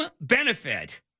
benefit